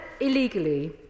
illegally